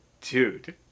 dude